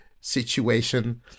situation